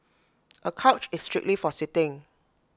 A couch is strictly for sitting